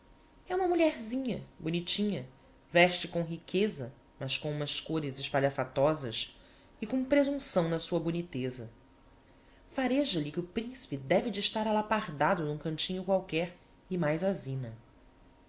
é uma mulherzinha bonitinha veste com riqueza mas com umas côres espalhafatosas e com presunção na sua boniteza fareja lhe que o principe deve de estar alapardado n'um cantinho qualquer e mais